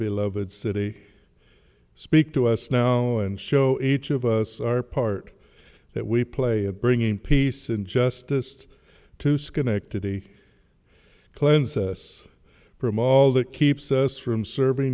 beloved city speak to us now and show each of us our part that we play of bringing peace and justice to schenectady cleanse us from all that keeps us from serv